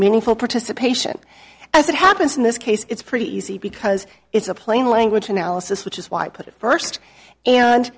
meaningful participation as it happens in this case it's pretty easy because it's a plain language analysis which is why i put it first and